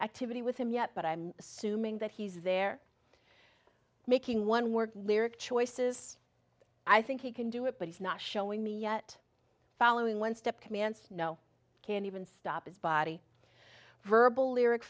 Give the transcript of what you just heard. activity with him yet but i'm assuming that he's there making one more lyric choices i think he can do it but he's not showing me yet following one step commands no can even stop his body verbal lyric